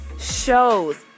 shows